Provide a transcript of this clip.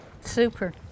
super